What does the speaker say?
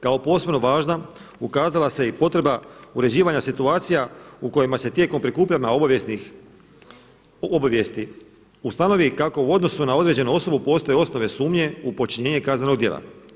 Kao posebno važna ukazala se i potreba uređivanja situacija u kojima se tijekom prikupljanja obavijesti ustanovi kako u odnosu na određenu osobu postoje osnovne sumnje u počinjenje kaznenog djela.